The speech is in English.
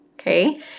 okay